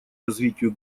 развитию